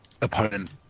opponent